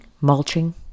mulching